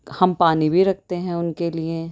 ہم پانی بھی رکھتے ہیں ان کے لیے